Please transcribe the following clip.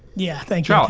yeah, thank yeah